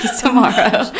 tomorrow